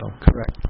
Correct